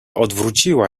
odwróciła